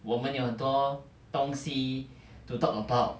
我们有很多东西 to talk about